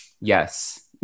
yes